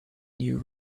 new